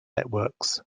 networks